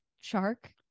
shark